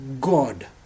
God